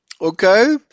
Okay